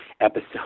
episode